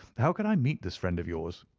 how could i meet this friend of yours?